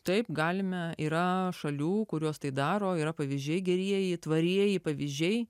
taip galime yra šalių kurios tai daro yra pavyzdžiai gerieji tvarieji pavyzdžiai